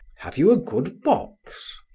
have you a good box?